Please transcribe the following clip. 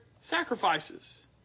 sacrifices